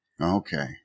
Okay